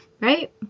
right